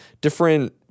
different